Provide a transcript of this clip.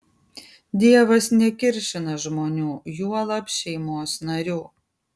dievas nekiršina žmonių juolab šeimos narių